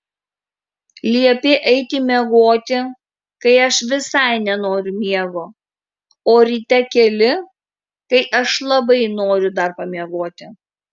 liepi eiti miegoti kai aš visai nenoriu miego o ryte keli kai aš labai noriu dar pamiegoti